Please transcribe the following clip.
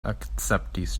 akceptis